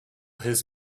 his